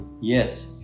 Yes